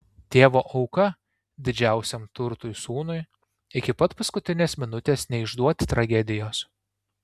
tėvo auka didžiausiam turtui sūnui iki pat paskutinės minutės neišduoti tragedijos